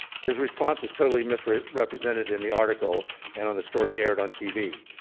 his response was totally misrepresented in the article and on the story aired on tv.